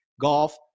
golf